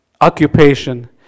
occupation